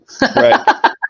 right